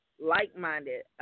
like-minded